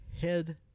head